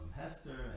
Hester